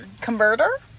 converter